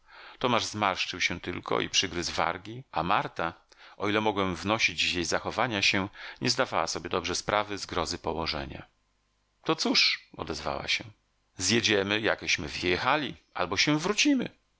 tomasz zmarszczył się tylko i przygryzł wargi a marta o ile mogłem wnosić z jej zachowania się nie zdawała sobie dobrze sprawy z grozy położenia to cóż odezwała się zjedziemy jakeśmy wyjechali albo się wrócimy